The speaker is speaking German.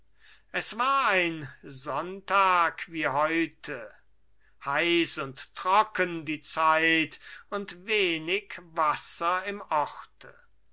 es war ein sonntag wie heute heiß und trocken die zeit und wenig wasser im orte